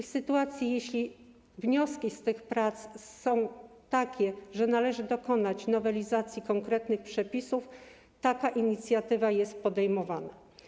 W sytuacji, w której wnioski z tych prac są takie, że należy dokonać nowelizacji konkretnych przepisów, taka inicjatywa jest podejmowana.